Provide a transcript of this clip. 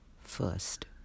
first